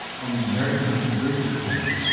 on the american and british model,